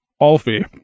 Alfie